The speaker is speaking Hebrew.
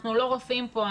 אנחנו לא רופאים פה,